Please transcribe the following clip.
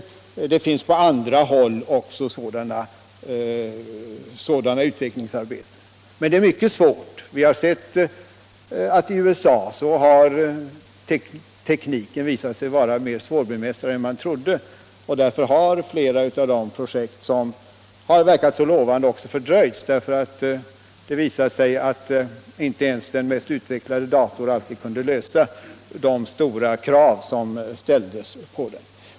Sådant utvecklingsarbete pågår också på andra håll. Men problemen är mycket stora; i USA har det visat sig att tekniken är mer svårbemästrad än man trodde att den skulle vara, och därför har flera projekt som verkat lovande fördröjts — inte ens den mest utvecklade dator kunde lösa problemen med de stora krav som ställdes.